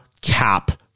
Cap